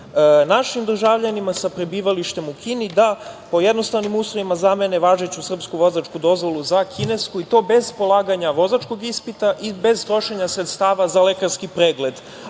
našim državljanima sa prebivalištem u Kini da po jednostavnim uslovima zamene važeću srpsku vozačku dozvolu za kinesku, i to bez polaganja vozačkog ispita i bez trošenja sredstava za lekarski pregled,